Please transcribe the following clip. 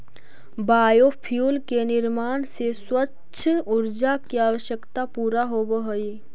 biofuel के निर्माण से स्वच्छ ऊर्जा के आवश्यकता पूरा होवऽ हई